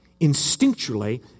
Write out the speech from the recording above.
instinctually